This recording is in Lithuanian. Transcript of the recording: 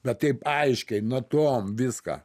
bet taip aiškiai natom viską